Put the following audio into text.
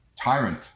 tyrant